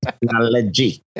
Technology